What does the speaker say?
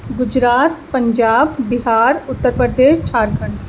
Gujarat Punjab Bihar Uttar Pradesh Jharkhand